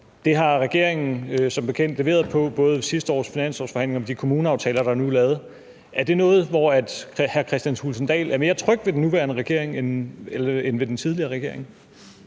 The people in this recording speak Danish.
Det har regeringen som bekendt leveret på både ved sidste års finanslovsforhandlinger og med de kommuneaftaler, der nu er lavet. Er det noget, som hr. Kristian Thulesen Dahl er mere tryg ved med den nuværende regering end med den tidligere regering?